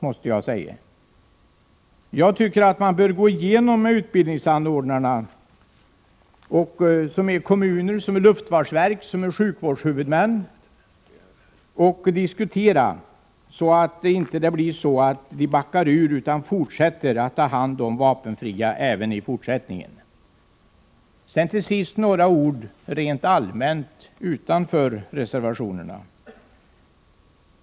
Det bör tas upp en diskussion med utbildningsanordnarnakommuner, luftfartsverket och sjukvårdshuvudmän m.fl. — så att de inte backar ur utan fortsätter att ta hand om de vapenfria även i fortsättningen. Till sist några ord rent allmänt vid sidan av reservationerna.